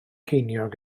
ceiniog